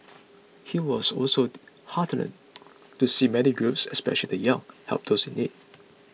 he was also heartened to see many groups especially the young help those in need